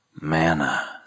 manna